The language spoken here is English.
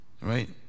right